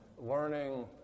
learning